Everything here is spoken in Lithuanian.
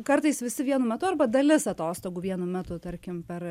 kartais visi vienu metu arba dalis atostogų vienu metu tarkim per